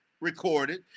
recorded